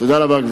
תודה רבה.